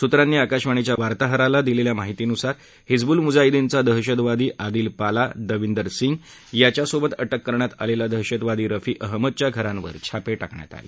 सुत्रांनी आकाशवाणीच्या वार्ताहराला दिलेल्या माहितीनुसार हिज्बुलमुजाहिदीनचा दहशतवादी अदिल पाला दविंदर सिंग यांच्यासोबत अटक करण्यात आलेला दहशत वादीरफी अहमदच्या घरावर छापे टाकण्यात आले